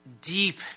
deep